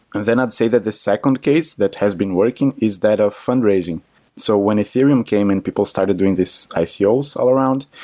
then i'd say that the second case that has been working is that of fund raising. so when ethereum came and people started doing this icos all around,